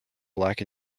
black